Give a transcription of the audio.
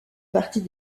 partie